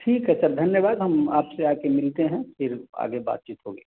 ठीक है सर धन्यवाद हम आपसे आके मिलते हैं फिर आगे बातचीत होगी